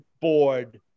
board